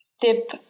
tip